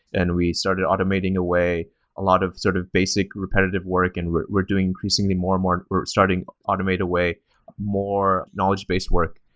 and we started automating a way a lot of sort of basic repetitive work and we're doing increasingly more and more. we're starting to automate away more knowledge-based work.